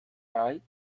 right